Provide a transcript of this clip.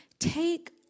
Take